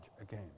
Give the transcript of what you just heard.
again